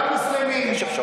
גם מוסלמים,